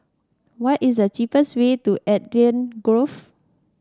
what is the cheapest way to Eden Grove